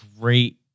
great